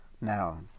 now